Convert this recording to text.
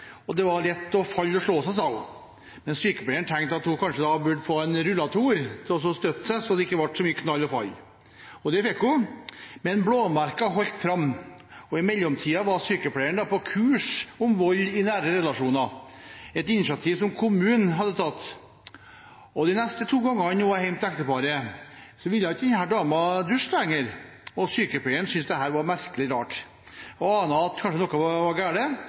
– det var lett å falle og slå seg, sa hun. Sykepleieren tenkte da at den eldre damen kanskje burde få en rullator til å støtte seg på, slik at det ikke ble så mye knall og fall. Det fikk hun, men blåmerkene holdt fram. I mellomtiden var sykepleieren på kurs om vold i nære relasjoner – et initiativ kommunen hadde tatt. De neste to gangene hun var hjemme hos ekteparet, ville ikke den eldre damen lenger dusje. Sykepleieren syntes dette var merkelig, og ante at noe kanskje var